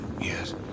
yes